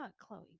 Chloe